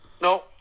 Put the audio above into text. No